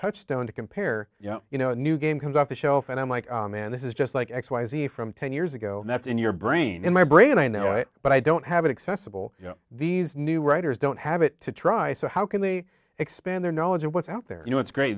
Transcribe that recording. touchstone to compare you know you know a new game comes off the shelf and i'm like oh man this is just like x y z from ten years ago that's in your brain in my brain and i know it but i don't have it accessible you know these new writers don't have it to try so how can they expand their knowledge of what's out there you know it's great